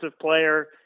player